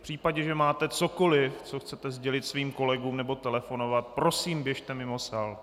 V případě, že máte cokoli, co chcete sdělit svým kolegům, nebo potřebujete telefonovat, prosím, běžte mimo sál.